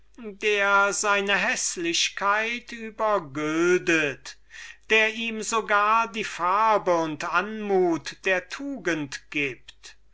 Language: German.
der seine häßlichkeit übergüldet der ihm sogar die farbe und anmut der tugend gibt